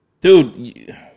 Dude